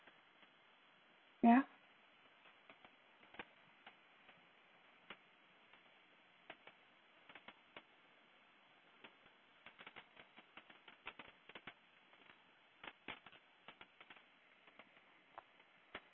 ya